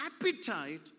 appetite